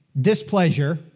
displeasure